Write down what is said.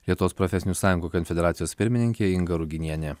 lietuvos profesinių sąjungų konfederacijos pirmininkė inga ruginienė